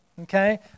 okay